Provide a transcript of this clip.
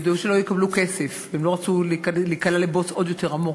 ידעו שלא יקבלו כסף והם לא רצו להיקלע לבוץ עוד יותר עמוק.